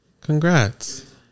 Congrats